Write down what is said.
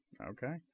okay